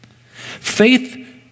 Faith